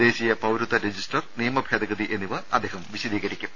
ദേശീയ പൌരത്വ രജിസ്റ്റർ നിയമഭേദഗതി എന്നിവ അദ്ദേഹം വിശദീകരിക്കും